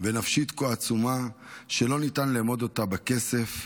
ונפשית כה עצומה שלא ניתן לאמוד אותה בכסף.